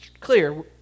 clear